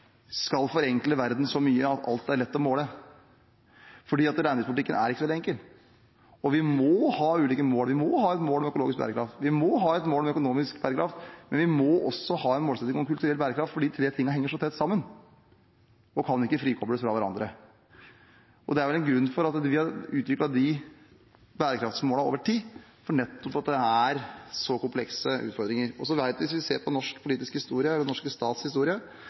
skal forenkle verden så mye at alt er lett å måle. Reindriftspolitikken er ikke så veldig enkel, og vi må ha ulike mål. Vi må ha et mål om økologisk bærekraft, vi må ha et mål om økonomisk bærekraft, men vi må også ha en målsetting om kulturell bærekraft, for de tre tingene henger så tett sammen og kan ikke frikobles fra hverandre. Det er vel en grunn til at vi har utviklet de bærekraftmålene over tid, nettopp for at det er så komplekse utfordringer. Hvis vi ser på norsk politisk historie eller den norske